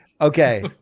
Okay